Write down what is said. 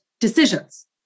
decisions